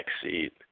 seat